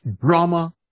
drama